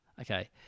Okay